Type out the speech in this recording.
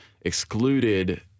excluded